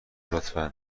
لطفا